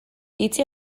itxi